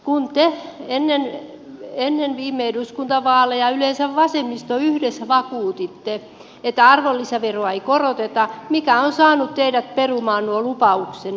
kun te ennen viime eduskuntavaaleja yleensä vasemmisto yhdessä vakuutitte että arvonlisäveroa ei koroteta mikä on saanut teidät perumaan nuo lupauksenne